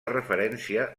referència